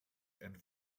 and